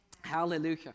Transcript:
Hallelujah